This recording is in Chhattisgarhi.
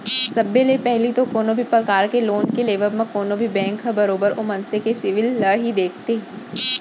सब ले पहिली तो कोनो भी परकार के लोन के लेबव म कोनो भी बेंक ह बरोबर ओ मनसे के सिविल ल ही देखथे